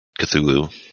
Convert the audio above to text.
Cthulhu